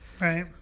Right